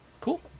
Cool